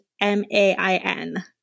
M-A-I-N